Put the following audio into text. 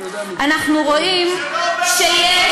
אנחנו רואים שיש,